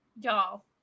Y'all